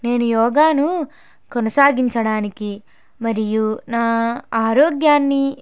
నేను యోగాను కొనసాగించడానికి మరియు నా ఆరోగ్యాన్ని